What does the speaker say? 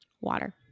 Water